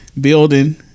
Building